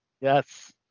Yes